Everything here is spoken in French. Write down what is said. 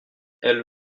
elle